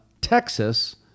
Texas